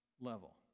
level